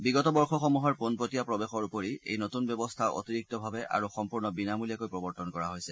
বিগত বৰ্যসমূহৰ পোনপটীয়া প্ৰৱেশৰ উপৰি এই নতুন ব্যৱস্থা অতিৰিক্তভাৱে আৰু সম্পূৰ্ণ বিনামূলীয়াকৈ প্ৰৱৰ্তন কৰা হৈছে